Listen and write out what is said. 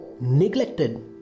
neglected